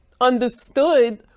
understood